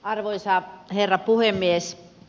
arvoisa herra puhemies